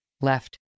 left